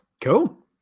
Cool